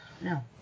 No